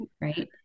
Right